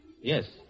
Yes